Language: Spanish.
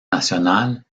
nacional